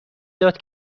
داد